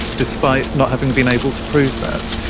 despite not having been able to prove that.